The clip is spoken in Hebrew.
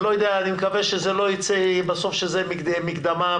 אני מקווה שלא ייצא בסוף שזו מקדמה.